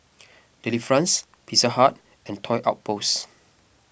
Delifrance Pizza Hut and Toy Outpost